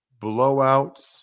Blowouts